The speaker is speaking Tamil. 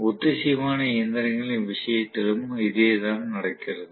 ஒத்திசைவான இயந்திரங்களின் விஷயத்திலும் இதேதான் நடக்கிறது